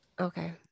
Okay